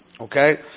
Okay